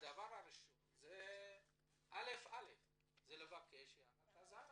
הדבר הראשון הוא לבקש הערת אזהרה.